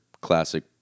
classic